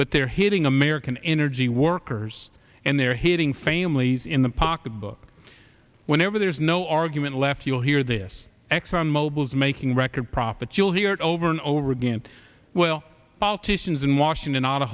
but they're hitting american energy workers and they're hitting families in the pocketbook whenever there's no argument left you'll hear this exxon mobil's making record profits you'll hear it over and over again well politicians in washington